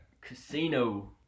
Casino